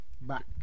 back